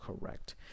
correct